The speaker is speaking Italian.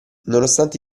nonostante